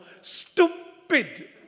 Stupid